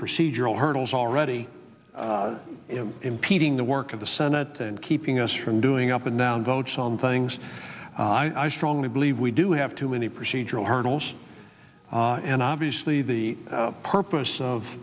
procedural hurdles already impeding the work of the senate then keeping us from doing up and down votes on things i strongly believe we do have too many procedural hurdles and obviously the purpose of